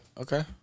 Okay